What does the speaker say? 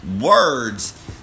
words